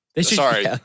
Sorry